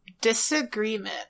Disagreement